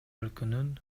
өлкөнүн